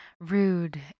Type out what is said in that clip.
rude